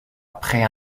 prêt